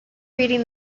reading